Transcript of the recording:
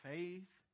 Faith